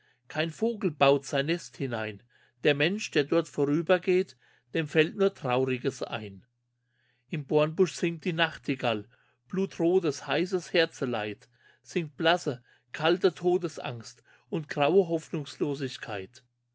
kein vogel baut sein nest hinein der mensch der dort vorübergeht dem fällt nur trauriges ein im bornbusch singt die nachtigall blutrotes heißes herzeleid singt blasse kalte todesangst und graue hoffnungslosigkeit